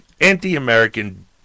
anti-American